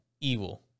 evil